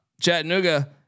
Chattanooga